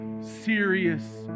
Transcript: serious